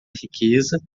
riqueza